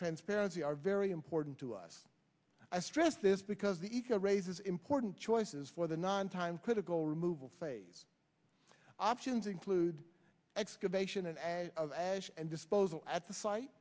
transparency are very important to us i stress this because the eco raises important choices for the non time critical removal phase options include excavation and of ash and disposal at the